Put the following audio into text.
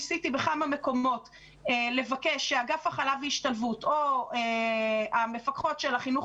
ניסיתי לבקש בכמה מקומות שאגף הכלה והשתלבות או המפקחות של החינוך